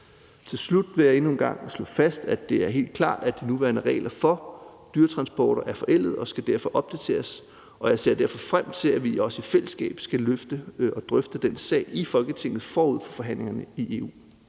Til slut vil jeg endnu en gang slå fast, at det er helt klart, at de nuværende regler for dyretransporter er forældede og derfor skal opdateres, og jeg ser derfor frem til, at vi også i fællesskab skal løfte og drøfte den sag i Folketinget forud for forhandlingerne i EU.